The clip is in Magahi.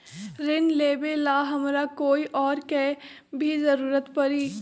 ऋन लेबेला हमरा कोई और के भी जरूरत परी?